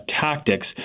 tactics